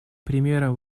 примером